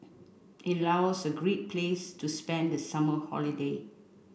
is Laos a great place to spend the summer holiday